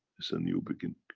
it's a new beginning.